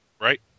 Right